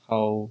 how